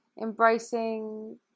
embracing